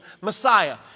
Messiah